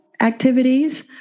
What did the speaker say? activities